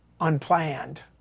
unplanned